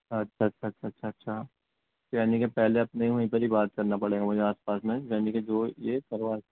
اچھا اچھا اچھا اچھا اچھا یعنی کہ پہلے اپنے وہیں پر ہی بات کرنا پڑے گا مجھے آس پاس میں یعنی کہ جو یہ کروا سکے